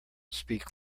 speak